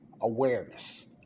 awareness